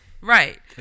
Right